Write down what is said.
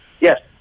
Yes